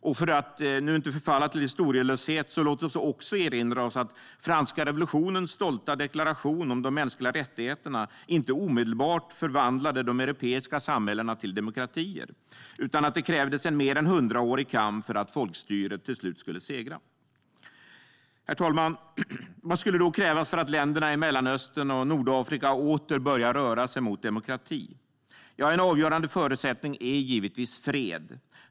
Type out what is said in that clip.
Och för att nu inte förfalla till historielöshet, låt oss också erinra oss att franska revolutionens stolta deklaration om de mänskliga rättigheterna inte omedelbart förvandlade de europeiska samhällena till demokratier, utan det krävdes en mer än hundraårig kamp för att folkstyret till slut skulle segra. Herr talman! Vad skulle då krävas för att länderna i Mellanöstern och Nordafrika åter ska börja röra sig mot demokrati? En avgörande förutsättning är givetvis fred.